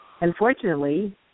unfortunately